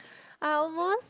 I almost